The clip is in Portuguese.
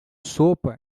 sopa